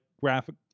graphic